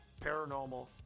Paranormal